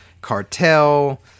cartel